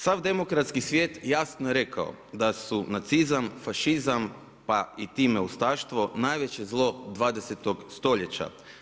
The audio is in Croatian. Sav demokratski svijet jasno je rekao, da su nacizam, fašizam, pa i time ustaštvo najveće zlo 20.stoljeća.